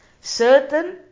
certain